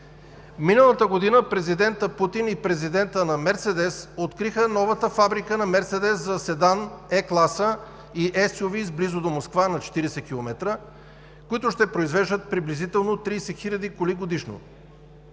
Миналата година президентът Путин и президентът на „Мерцедес“ откриха новата фабрика на „Мерцедес“ за седан Е-класа близо до Москва – на 40 км, които ще произвеждат приблизително 30 000 коли годишно.